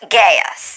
gas